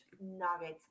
nuggets